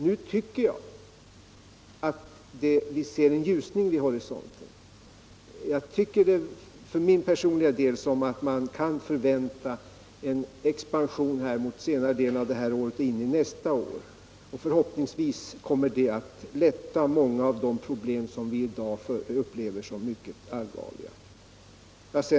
Nu tycker jag dock att vi ser en ljusning vid horisonten, och jag tror för min personliga del att man kan förvänta en expansion mot senare delen av det här året och en bit in i nästa år. Förhoppningsvis kommer den att lösa många av de problem som vi i dag upplever som mycket allvarliga.